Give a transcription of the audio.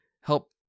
help